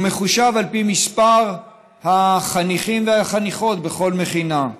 והוא מחושב על פי מספר החניכים והחניכות בכל מכינה.